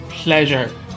pleasure